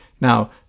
Now